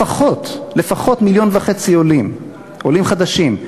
לפחות, לפחות מיליון וחצי עולים, עולים חדשים.